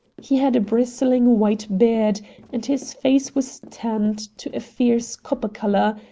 he had a bristling white beard and his face was tanned to a fierce copper color,